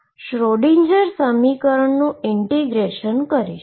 અને શ્રોડીંજર સમીકરણનું ઈન્ટીગ્રેશન કરીશ